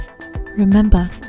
remember